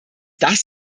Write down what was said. das